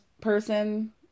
person